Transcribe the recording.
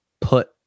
put